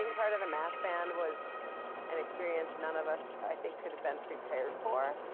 part of the mass band was an experience none of us, i think, could have been prepared for.